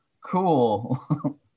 cool